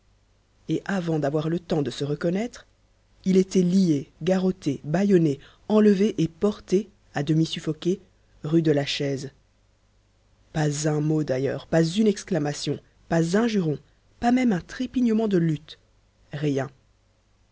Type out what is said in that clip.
et avant d'avoir le temps de se reconnaître il était lié garrotté bâillonné enlevé et porté à demi suffoqué rue de la chaise pas un mot d'ailleurs pas une exclamation pas un juron pas même un trépignement de lutte rien